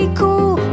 cool